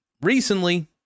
Recently